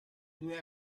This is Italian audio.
due